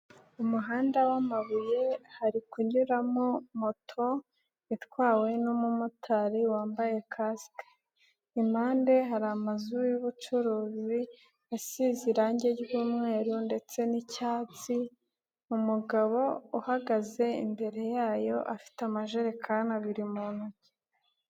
Umuhanda w'amabuye hari kunyuramo moto itwawe n'umumotari wambaye kasike, impande hari amazu y'ubucuruzi asize irangi ry'umweru ndetse n'icyatsi, umugabo uhagaze imbere yayo afite amajerekani abiri mu ntoki.